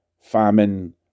famine